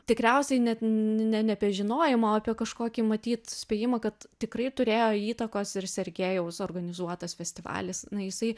tikriausiai net ne apie žinojimą apie kažkokį matyt spėjimą kad tikrai turėjo įtakos ir sergejaus organizuotas festivalis na jisai